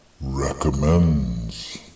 Recommends